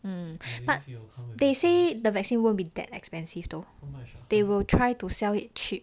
um but they say the vaccine won't be that expensive though they will try to sell it cheap